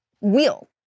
wheel